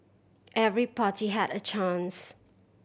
every party had a chance